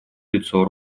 лицо